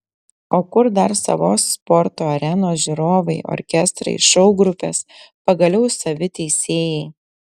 o kur dar savos sporto arenos žiūrovai orkestrai šou grupės pagaliau savi teisėjai